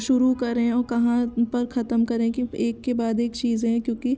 शुरू करें और कहाँ पर ख़त्म करें क्यों एक के बाद एक चीज़ें हैं क्योंकि